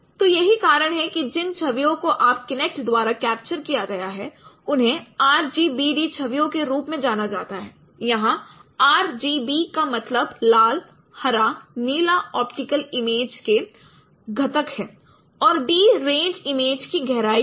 तो यही कारण है कि जिन छवियों को आप किनेक्ट द्वारा कैप्चर किया गया है उन्हें RGBD छवियों के रूप में जाना जाता है यहाँ RGB का मतलब लाल हरे नीले ऑप्टिकल इमेज के घटक है और डी रेंज इमेज की गहराई है